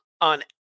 on